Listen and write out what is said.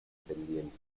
pendiente